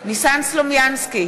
ניסן סלומינסקי,